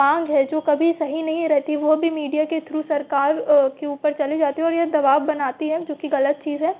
माँग है जो कभी सही नहीं रहती वो भी मीडिया के थ्रू सरकार के ऊपर चली जाती है और यह दबाव बनाती हैं जो कि ग़लत चीज़ है